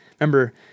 Remember